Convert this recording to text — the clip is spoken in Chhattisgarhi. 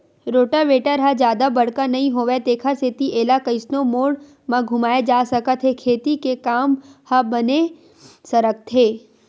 रोटावेटर ह जादा बड़का नइ होवय तेखर सेती एला कइसनो मोड़ म घुमाए जा सकत हे खेती के काम ह बने सरकथे